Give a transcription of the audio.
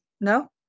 No